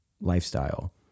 lifestyle